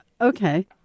Okay